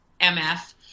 MF